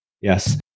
Yes